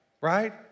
Right